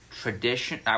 Tradition